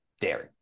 dairy